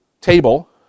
table